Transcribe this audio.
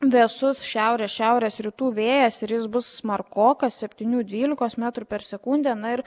vėsus šiaurės šiaurės rytų vėjas ir jis bus smarkokas septynių dvylikos metrų per sekundę na ir